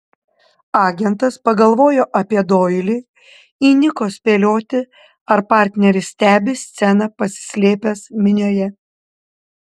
agentas pagalvojo apie doilį įniko spėlioti ar partneris stebi sceną pasislėpęs minioje